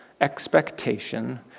expectation